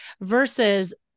versus